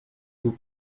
vous